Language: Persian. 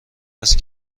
است